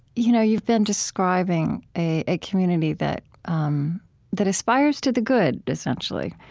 you know you've been describing a a community that um that aspires to the good, essentially.